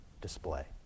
display